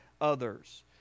others